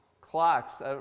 clocks